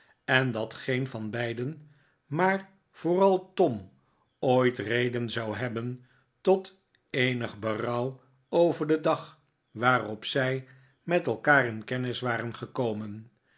en dat geen van beiden maar vooral tom ooit reden zou hebben tot eenig berouw over den dag waarop zij met elkaar in kennis waren gekomen